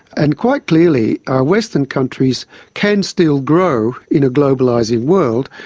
and quite clearly, western countries can still grow in a globalising world.